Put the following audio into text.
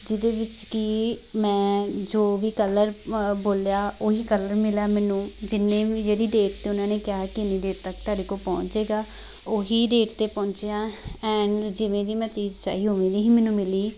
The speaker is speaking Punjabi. ਜਿਹਦੇ ਵਿੱਚ ਕਿ ਮੈਂ ਜੋ ਵੀ ਕਲਰ ਬੋਲਿਆ ਉਹ ਹੀ ਕਲਰ ਮਿਲਿਆ ਮੈਨੂੰ ਜਿੰਨੇ ਵੀ ਜਿਹੜੀ ਡੇਟ 'ਤੇ ਉਹਨਾਂ ਨੇ ਕਿਹਾ ਕਿ ਇੰਨੀ ਡੇਟ ਤੱਕ ਤੁਹਾਡੇ ਕੋਲ ਪਹੁੰਚ ਜਾਵੇਗਾ ਉਹ ਹੀ ਡੇਟ 'ਤੇ ਪਹੁੰਚਿਆ ਐਂਡ ਜਿਵੇਂ ਦੀ ਮੈਂ ਚੀਜ਼ ਚਾਹੀ ਉਵੇਂ ਦੀ ਹੀ ਮੈਨੂੰ ਮਿਲੀ